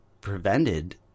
prevented